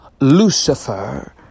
Lucifer